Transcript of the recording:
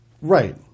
right